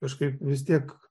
kažkaip vis tiek